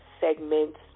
segments